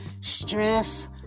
stress